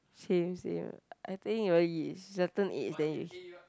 same same I think when you reach certain age then you'll